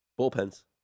Bullpens